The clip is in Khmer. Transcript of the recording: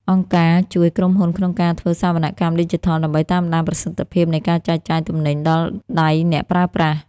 អង្គការជួយក្រុមហ៊ុនក្នុងការធ្វើសវនកម្មឌីជីថល ដើម្បីតាមដានប្រសិទ្ធភាពនៃការចែកចាយទំនិញដល់ដៃអ្នកប្រើប្រាស់។